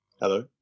hello